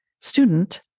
student